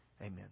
Amen